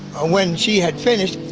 ah when she had finished,